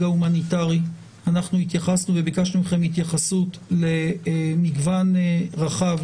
ההומניטרי אנחנו התייחסנו וביקשנו מכם התייחסות למגוון רחב